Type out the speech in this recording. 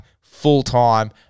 full-time